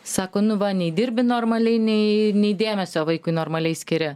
sako nu va nei dirbi normaliai nei nei dėmesio vaikui normaliai skiri